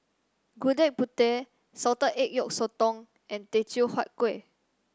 Gudeg Putih Salted Egg Yolk Sotong and Teochew Huat Kueh